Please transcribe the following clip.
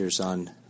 on